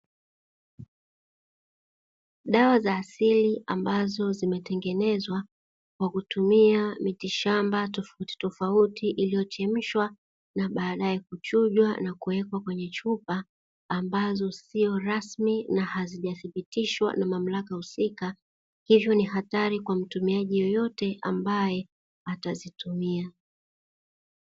Dawa za asili ambazo zimetengenezwa kwa kutumia miti shamba tofautitofauti, iliyochemshwa na baadae kuchujwa na kuwekwa kwenye chupa ambazo sio rasmi na hazijathibitishwa na mamlaka husika, hivyo ni hatari kwa mtumiaji yoyote ambaye atazitumia.